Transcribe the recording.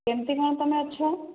କେମତି କ'ଣ ତୁମେ ଅଛ